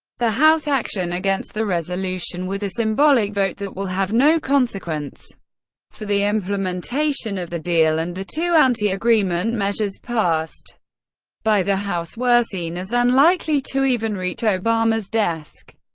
the house action against the resolution was a symbolic vote that will have no consequence for the implementation of the deal, and the two anti-agreement measures passed by the house were seen as unlikely to even reach obama's desk.